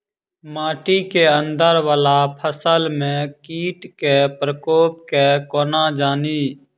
माटि केँ अंदर वला फसल मे कीट केँ प्रकोप केँ कोना जानि?